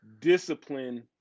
discipline